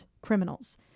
criminals